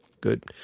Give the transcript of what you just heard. good